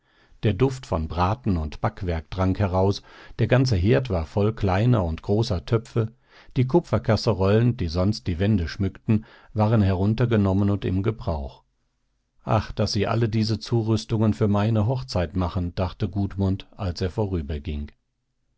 der duft von braten und backwerk drang heraus der ganze herd war voll kleiner und großer töpfe die kupferkasserollen die sonst die wände schmückten waren heruntergenommen und im gebrauch ach daß sie alle diese zurüstungen für meine hochzeit machen dachte gudmund als er vorüberging